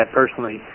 personally